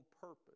purpose